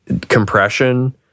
compression